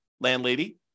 landlady